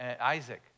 Isaac